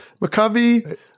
McCovey